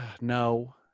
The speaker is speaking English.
no